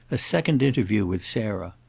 a second interview with sarah.